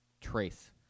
Trace